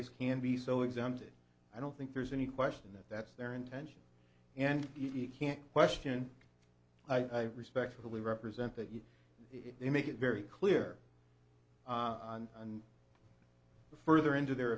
's can be so exempted i don't think there's any question that that's their intention and eat can't question i respectfully represent that you make it very clear on the further into their